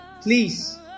Please